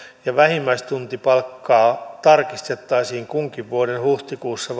ja vähimmäistuntipalkkaa tarkistettaisiin kunkin vuoden huhtikuussa